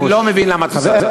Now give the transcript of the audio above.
אני לא מבין, למה את עושה את זה?